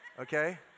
Okay